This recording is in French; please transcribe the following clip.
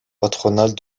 patronales